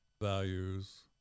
values